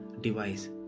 device